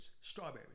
strawberries